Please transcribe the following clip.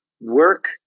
work